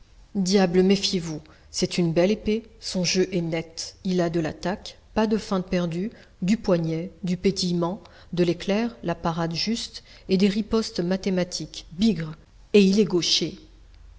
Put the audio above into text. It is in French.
diable méfiez-vous c'est une belle épée son jeu est net il a de l'attaque pas de feintes perdues du poignet du pétillement de l'éclair la parade juste et des ripostes mathématiques bigre et il est gaucher